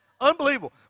Unbelievable